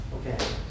Okay